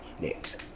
News